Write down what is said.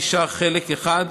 ונשאר חלק אחד,